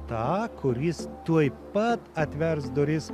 tą kuris tuoj pat atvers duris